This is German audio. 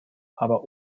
aber